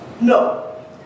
No